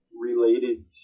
related